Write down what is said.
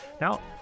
Now